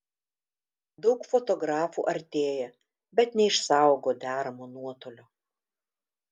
daug fotografų artėja bet neišsaugo deramo nuotolio